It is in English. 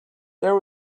there